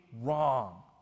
wrong